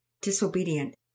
disobedient